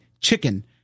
chicken